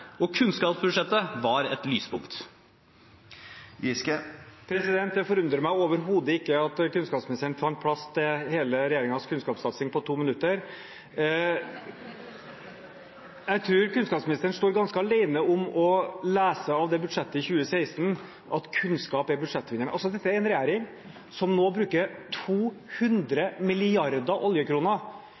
og kunnskapsbudsjettet et lyspunkt. Det forundrer meg overhodet ikke at kunnskapsministeren fant plass til hele regjeringens kunnskapssatsing på to minutter. Jeg tror kunnskapsministeren står ganske alene om å lese ut av budsjettet for 2016 at kunnskap er budsjettvinneren. Dette er en regjering som nå bruker 200 mrd. oljekroner.